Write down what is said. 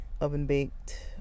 oven-baked